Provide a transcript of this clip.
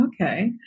Okay